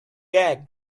egg